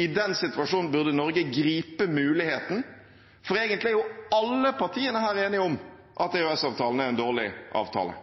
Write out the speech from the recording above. I den situasjonen burde Norge gripe muligheten, for egentlig er jo alle partiene her enige om at EØS-avtalen er en dårlig avtale.